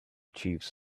chiefs